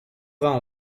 vingt